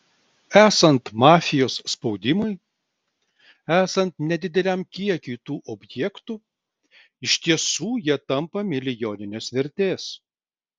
esant mafijos spaudimui esant nedideliam kiekiui tų objektų iš tiesų jie tampa milijoninės vertės